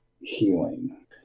healing